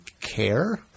care